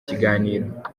kiganiro